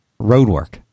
roadwork